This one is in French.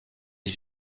les